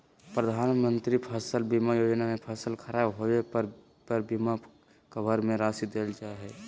प्रधानमंत्री फसल बीमा योजना में फसल खराब होबे पर बीमा कवर में राशि देल जा हइ